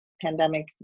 pandemic